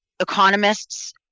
Economists